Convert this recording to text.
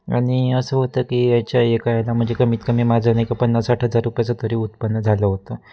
आणि असं होतं की याच्या एका याला म्हणजे कमीत कमी माझा नाही का पन्नास साठ हजार रुपयाचं तरी उत्पन्न झालं होतं